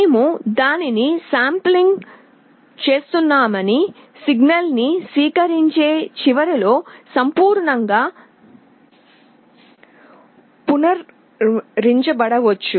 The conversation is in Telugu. మేము దానిని శాంప్లింగ్ చేస్తున్నామని సిగ్నల్ ని స్వీకరించే చివరలో సంపూర్ణంగా పునర్నిర్మించబడవచ్చు